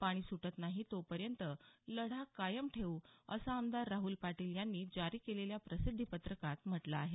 पाणी सुटत नाही तोपर्यंत लढा कायम ठेवू असं आमदार पाटील यांनी जारी केलेल्या प्रसिद्धी पत्रकात म्हटलं आहे